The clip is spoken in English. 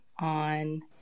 on